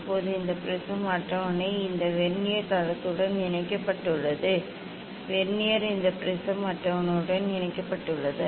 இப்போது இந்த ப்ரிஸம் அட்டவணை இந்த வெர்னியர் தளத்துடன் இணைக்கப்பட்டுள்ளது வெர்னியர் இந்த ப்ரிஸம் அட்டவணையுடன் இணைக்கப்பட்டுள்ளது